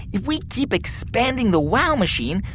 if we keep expanding the wow machine,